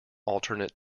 alternate